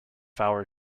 hour